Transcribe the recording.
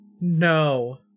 No